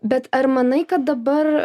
bet ar manai kad dabar